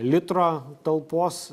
litro talpos